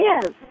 Yes